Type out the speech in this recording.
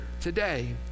today